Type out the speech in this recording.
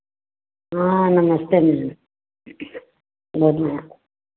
हाँ नमस्ते बहन बढ़िया